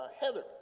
Heather